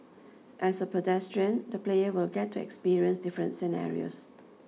as a pedestrian the player will get to experience different scenarios